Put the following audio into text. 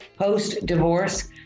post-divorce